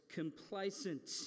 complacent